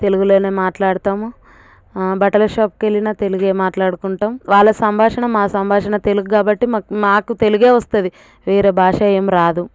తెలుగులోనే మాట్లాడుతాము బట్టల షాప్కెళ్ళినా తెలుగే మాట్లాడుకుంటాము వాళ్ళ సంభాషణ మా సంభాషణ తెలుగు కాబట్టి మాక్ మాకు తెలుగే వస్తుంది వేరే భాష ఏమి రాదు